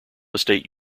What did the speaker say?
state